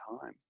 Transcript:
time